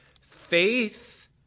faith